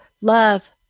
love